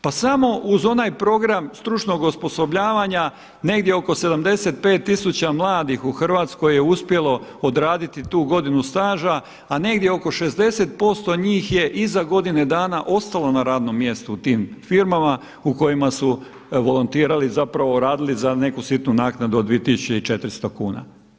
Pa samo uz onaj program stručnog osposobljavanja negdje oko 75 tisuća mladih u Hrvatskoj je uspjelo odraditi tu godinu staža, a negdje oko 60% njih je iza godine dana ostalo na radnom mjestu u tim firmama u kojima su volontirali zapravo radili za neku sitnu naknadu od 2.400 kuna.